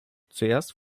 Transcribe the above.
zuerst